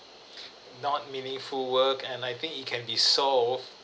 not meaningful work and I think it can be solved